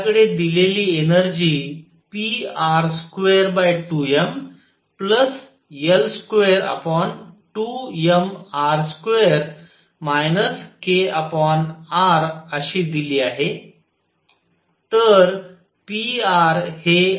तर माझ्याकडे दिलेली एनर्जी pr22mL22mr2 krअशी दिली आहे